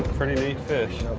pretty neat fish.